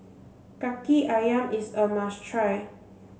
Kaki Ayam is a must try